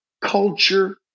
culture